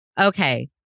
okay